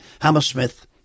Hammersmith